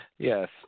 Yes